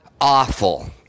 awful